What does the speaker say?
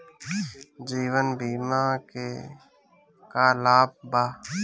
जीवन बीमा के का लाभ बा?